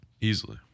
Easily